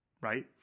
right